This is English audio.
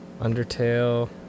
Undertale